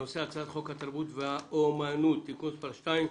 הנושא: הצעת חוק התרבות והאמנות (תיקון מס' 2),